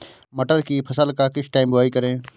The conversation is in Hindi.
मटर की फसल का किस टाइम बुवाई करें?